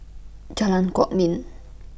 Jalan Kwok Min